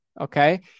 Okay